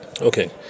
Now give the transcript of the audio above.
Okay